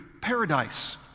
paradise